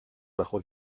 bajo